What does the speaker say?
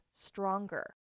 stronger